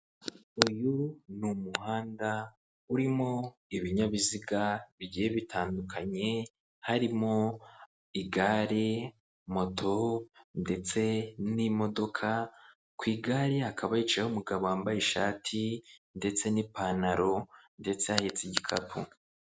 Uyu ni umuhanda urimo ibinyabiziga bigiye bitandukanye, harimo igare, moto, ndetse n'imodoka, ku igare hakaba hicayeho umugabo wambaye ishati, ndetse n'ipantaro, ndetse ahetse igikapu.